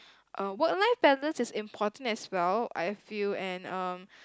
uh work life balance is important as well I feel and um